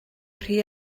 rhy